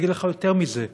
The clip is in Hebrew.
יותר מזה,